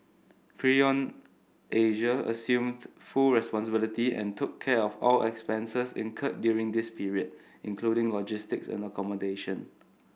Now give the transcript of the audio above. Creon Asia assumed full responsibility and took care of all expenses incurred during this period including logistics and accommodation